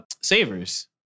Savers